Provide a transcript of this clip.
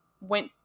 went